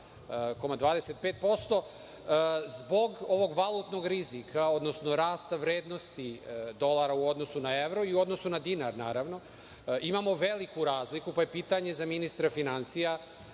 2,25%, zbog ovog valutnog rizika, odnosno rasta vrednosti dolara u odnosu na evro i u odnosu na dinar, naravno , imamo veliku razliku, pa je pitanje za ministra finansija